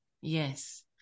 Yes